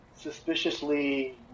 suspiciously